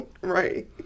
right